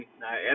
now